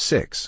Six